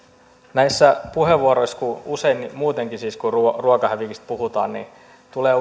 näissä puheenvuoroissa usein muutenkin siis kun ruokahävikistä puhutaan tulee